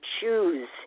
choose